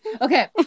Okay